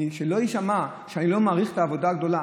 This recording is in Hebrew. שלא יישמע שאני לא מעריך את העבודה הגדולה,